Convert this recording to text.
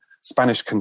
Spanish